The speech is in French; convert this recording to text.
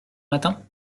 matin